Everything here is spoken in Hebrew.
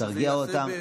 תרגיע אותם.